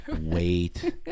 wait